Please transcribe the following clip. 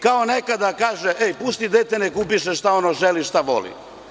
Kao nekada kaže – pusti dete da upiše šta ono želi i šta voli.